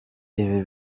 ibi